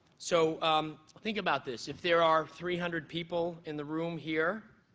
so think about this. if there are three hundred people in the room here,